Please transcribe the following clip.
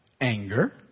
anger